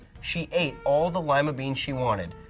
she ate all the lima beans she wanted,